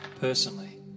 personally